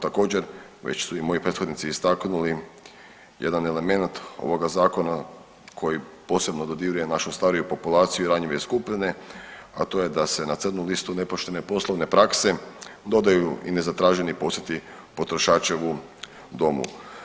Također već su i moji prethodnici istaknuli jedan elemenata ovoga zakona koji posebno dodiruje našu stariju populaciju i ranjive skupine, a to je da se na crnu listu nepoštene poslovne prakse dodaju i nezatraženi posjeti potrošačevu domu.